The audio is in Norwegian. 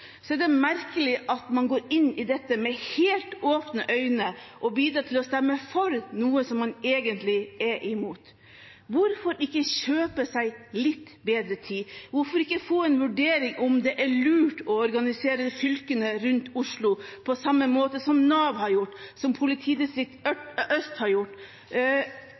er det merkelig at man går inn i dette med helt åpne øyne og bidrar til å stemme for noe som man egentlig er imot. Hvorfor ikke kjøpe seg litt bedre tid? Hvorfor ikke få en vurdering av om det er lurt å organisere fylkene rundt Oslo på samme måte som Nav har gjort, eller som Øst politidistrikt har gjort?